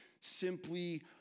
simply